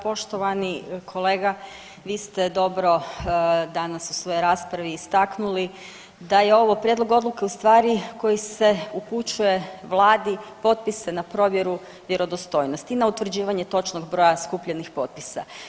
Poštovani kolega vi ste dobro danas u svojoj raspravi istaknuli da je ovo prijedlog odluke u stvari koji se upućuje vladi potpise na provjeru vjerodostojnosti i na utvrđivanje točnog broja skupljenih potpisa.